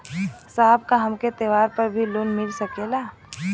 साहब का हमके त्योहार पर भी लों मिल सकेला?